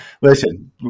listen